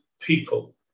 people